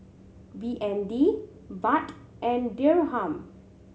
B N D Baht and Dirham